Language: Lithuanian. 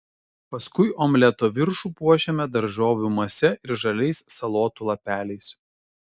paskui omleto viršų puošiame daržovių mase ir žaliais salotų lapeliais